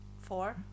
Four